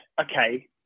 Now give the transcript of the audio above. okay